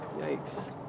yikes